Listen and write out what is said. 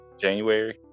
January